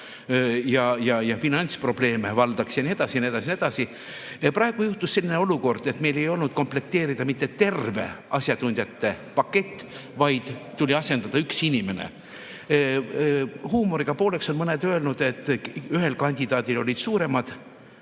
lugeda ja finantsprobleeme valdaks ja nii edasi, ja nii edasi, ja nii edasi. Praegu juhtus selline olukord, et meil ei olnud komplekteerida mitte terve asjatundjate pakett, vaid tuli asendada üks inimene. Huumoriga pooleks on mõned öelnud, et ühel kandidaadil olid suuremad